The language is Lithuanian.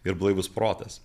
ir blaivus protas